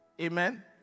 Amen